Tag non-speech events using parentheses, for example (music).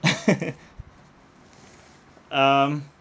(laughs) um